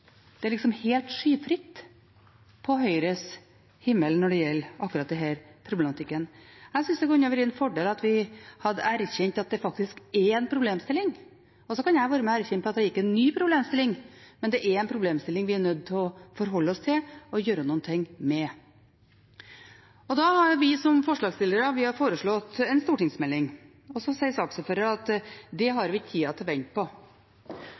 Det er liksom helt skyfritt på Høyres himmel når det gjelder akkurat denne problematikken. Jeg mener det kunne vært en fordel at vi hadde erkjent at det faktisk er en problemstilling. Jeg kan være med på å erkjenne at dette er ikke en ny problemstilling, men det er en problemstilling vi er nødt til å forholde oss til og gjøre noe med. Vi forslagsstillere har foreslått en stortingsmelding. Saksordføreren sier at det har vi ikke tid til å vente på.